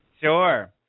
Sure